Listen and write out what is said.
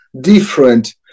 different